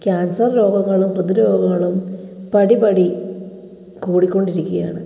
cancer രോഗങ്ങളും ഹൃദ്രോഗങ്ങളും പടി പടി കൂടി കൊണ്ടിരിക്കുകയാണ്